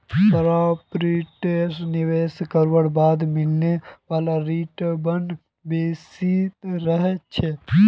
प्रॉपर्टीत निवेश करवार बाद मिलने वाला रीटर्न बेसी रह छेक